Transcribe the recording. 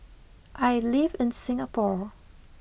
I live in Singapore